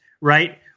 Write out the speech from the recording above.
right